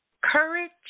Courage